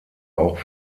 auch